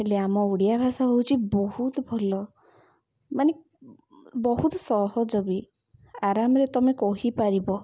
ହେଲେ ଆମ ଓଡ଼ିଆ ଭାଷା ହେଉଛି ବହୁତ ଭଲ ମାନେ ବହୁତ ସହଜ ବି ଆରାମରେ ତୁମେ କହିପାରିବ